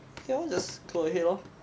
K lor just go ahead lor